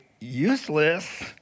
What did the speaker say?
useless